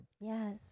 Yes